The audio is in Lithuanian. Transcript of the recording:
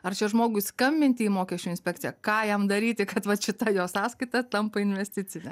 ar čia žmogui skambinti į mokesčių inspekciją ką jam daryti kad vat šita jo sąskaita tampa investicine